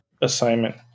assignment